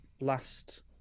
last